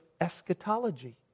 eschatology